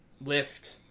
lift